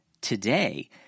today